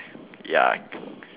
ya